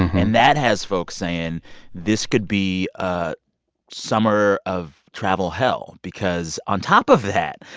and that has folks saying this could be a summer of travel hell because on top of that,